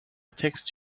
text